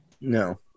No